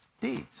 deeds